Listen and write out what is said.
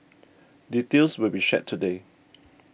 details will be shared today